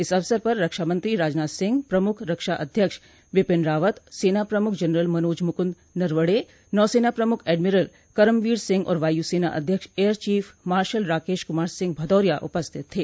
इस अवसर पर रक्षामंत्रो राजनाथ सिंह प्रमुख रक्षा अध्यक्ष बिपिन रावत सेना प्रमुख जनरल मनोज मुकुन्द नरवणे नौसेना प्रमुख एडमिरल करमबीर सिंह और वायु सेना अध्यक्ष air chief marshal Rakesh Kumar Singh Bhadauria उपस्थित थे